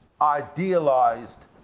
idealized